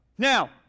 Now